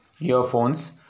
earphones